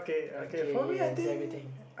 okay ya so everything